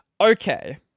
okay